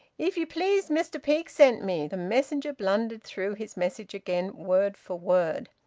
if you please, mester peake sent me. the messenger blundered through his message again word for word.